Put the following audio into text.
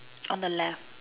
on the left